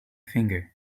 finger